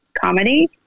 comedy